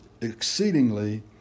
exceedingly